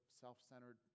self-centered